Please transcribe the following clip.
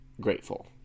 grateful